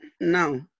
no